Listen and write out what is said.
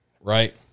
right